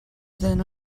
than